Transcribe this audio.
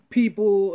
people